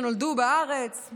שנולדו בארץ,